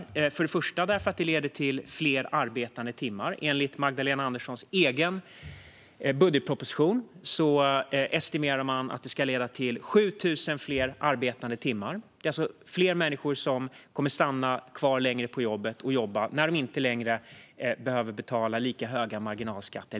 Först och främst är det positivt för att det leder till fler arbetade timmar. Enligt Magdalena Anderssons egen budgetproposition är estimeringen att det ska leda till 7 000 fler arbetade timmar. Det är alltså fler människor som kommer att stanna kvar längre på jobbet när de inte längre behöver betala så höga marginalskatter.